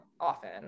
often